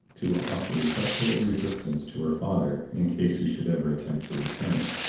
to offer effectual resistance to her father in case he should ever attempt to return.